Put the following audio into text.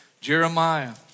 Jeremiah